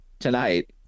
Tonight